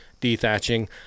dethatching